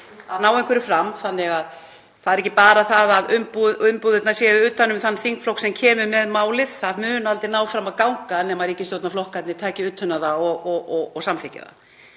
að ná einhverju fram. Það er ekki bara þannig að umbúðirnar séu utan um þann þingflokk sem kemur með málið, það mun aldrei ná fram að ganga nema ríkisstjórnarflokkarnir taki utan um það og samþykki það.